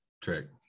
trick